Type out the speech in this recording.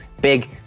big